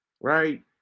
Right